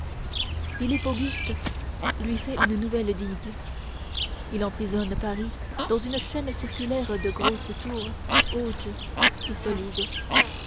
philippe auguste lui fait une nouvelle digue il emprisonne paris dans une chaîne circulaire de grosses tours hautes et solides